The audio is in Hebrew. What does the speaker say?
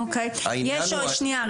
שנייה,